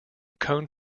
cone